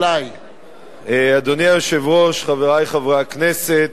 אדוני היושב-ראש, חברי חברי הכנסת,